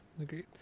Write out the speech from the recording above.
Agreed